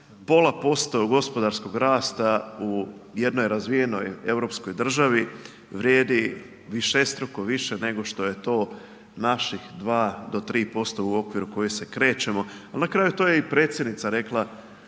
pola posto gospodarskog rasta u jednoj razvijenoj europskoj državi vrijedi višestruko više nego što je to naših 2 do 3% u okviru kojih se krećemo ali na kraju to je i predsjednica rekla